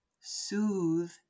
soothe